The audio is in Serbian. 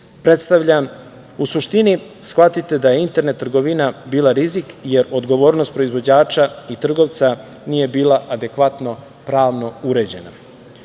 predstavlja. U suštini, shvatite da je internet trgovina bila rizik, jer odgovornost proizvođača i trgovca nije bila adekvatno pravno uređena. Zakonom